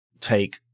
take